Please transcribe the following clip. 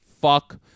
fuck